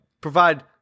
provide